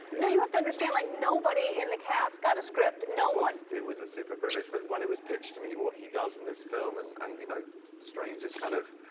no, you have to understand. like, nobody in the cast got a script no one. it was a super privilege. but when it was pitched to me, what he does in this film and and you know strange is kind of